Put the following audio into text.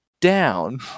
down